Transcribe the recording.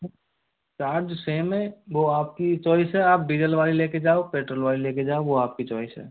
charge same है वो आपकी चॉइस है आप डीजल वाली ले के जाओ पेट्रोल वाली ले के जाओ आप वो आपकी चॉइस है